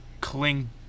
cling